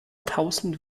tausend